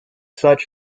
such